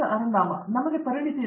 ಅರಂದಾಮ ಸಿಂಗ್ ನಮಗೆ ಪರಿಣತಿ ಇಲ್ಲ